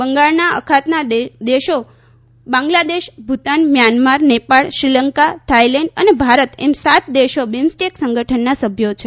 બંગાળના અખાતના દેશો બાંગ્લાદેશ ભૂતાન મ્યાંમાર નેપાળ શ્રીલંકા થાઇલેન્ડ અને ભારત એમ સાત દેશો બીમસ્ટેક સંગઠનના સભ્યો છે